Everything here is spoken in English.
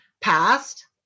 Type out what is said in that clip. past